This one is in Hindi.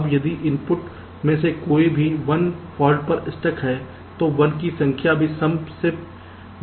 अब यदि इनपुट में से कोई भी 1 फाल्ट पर स्टक है तो 1 की संख्या भी सम से विषम मे बदल जाएगी